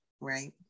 right